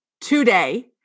today